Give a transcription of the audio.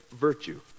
virtue